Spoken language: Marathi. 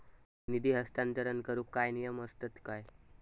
निधी हस्तांतरण करूक काय नियम असतत काय?